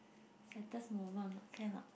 saddes moment or not can or not